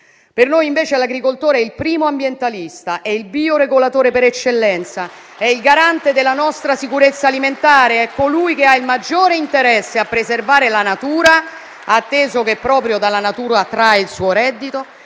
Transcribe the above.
Per noi, invece, l'agricoltore è il primo ambientalista, è il bioregolatore per eccellenza, è il garante della nostra sicurezza alimentare, è colui che ha il maggiore interesse a preservare la natura, atteso che proprio dalla natura trae il suo reddito.